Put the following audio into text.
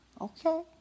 Okay